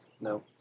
No